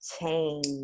change